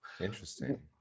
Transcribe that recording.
interesting